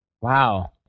Wow